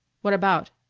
what about?